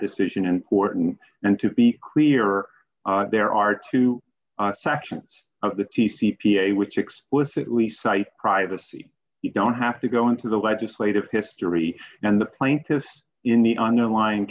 decision important and to be clear there are two sections of the t c p a which explicitly cite privacy you don't have to go into the legislative history and the plaintiffs in the underlying